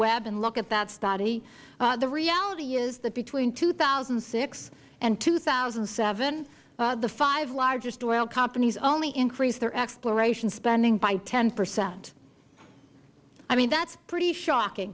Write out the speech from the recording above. web and look at that study the reality is that between two thousand and six and two thousand and seven the five largest oil companies only increased their exploration spending by ten percent i mean that is pretty shocking